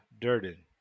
Durden